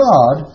God